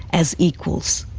as equals.